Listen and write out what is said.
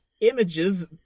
images